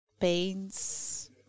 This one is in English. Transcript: Pains